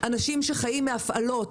אנשים שחיים מהפעלות,